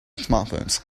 smartphones